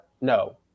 No